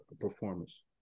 performance